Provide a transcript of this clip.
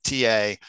TA